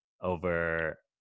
over